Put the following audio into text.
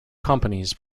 companies